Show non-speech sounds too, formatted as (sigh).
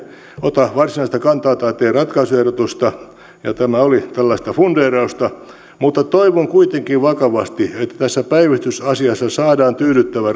ota varsinaista kantaa tai tee ratkaisuehdotusta tämä oli tällaista fundeerausta mutta toivon kuitenkin vakavasti että tässä päivystysasiassa saadaan tyydyttävä (unintelligible)